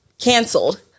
Canceled